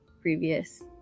previous